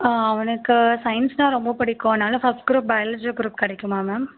அவனுக்குச் சயின்ஸ்னா ரொம்ப பிடிக்கும் அதனால ஃபஸ்ட் குரூப் பயாலஜி குரூப் கிடைக்குமா மேம்